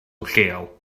lleol